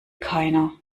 keiner